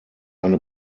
eine